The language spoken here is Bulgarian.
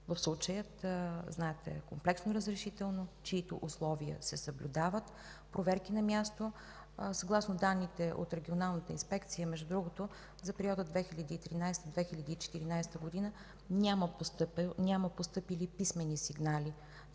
В случая знаете – комплексно разрешително, чийто условия се съблюдават, проверки на място. Съгласно данните от Регионалната инспекция, между другото, за периода от 2013 - 2014 г. няма постъпили писмени сигнали.